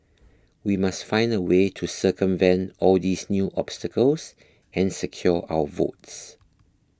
we must find a way to circumvent all these new obstacles and secure our votes